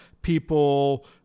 People